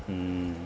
mm